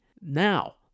Now